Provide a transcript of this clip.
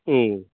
औ